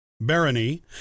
Barony